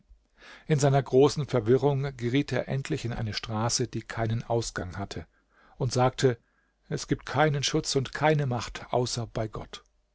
in seiner großen verwirrung geriet er endlich in eine straße die keinen ausgang hatte und sagte es gibt keinen schutz und keine macht außer bei gott